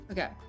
Okay